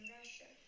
Russia